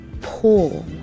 pull